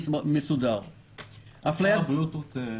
שר הבריאות רוצה